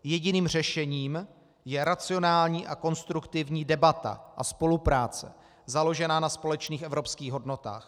Jediným řešením je racionální a konstruktivní debata a spolupráce založená na společných evropských hodnotách.